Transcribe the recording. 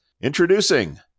Introducing